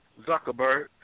Zuckerberg